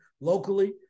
locally